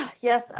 Yes